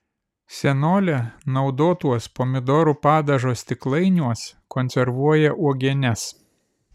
senolė naudotuos pomidorų padažo stiklainiuos konservuoja uogienes